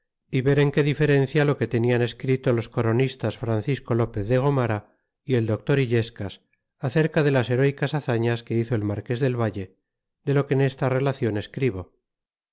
y ver en qué diferencia lo que tenian escrito los coronistas francisco lopez de gomara y el doctor illescas acerca de las heróycas hazañas que hizo el marques del valle de lo que en esta relacion escribo